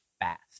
fast